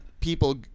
people